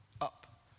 up